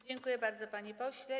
Dziękuję bardzo, panie pośle.